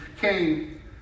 came